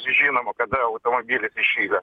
žinoma kada automobilis įšilęs